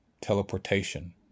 teleportation